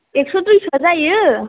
एक्स' दुइस'आ जायो